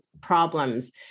problems